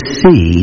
see